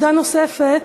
עמדה נוספת,